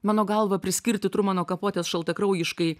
mano galva priskirti trumano kapotės šaltakraujiškai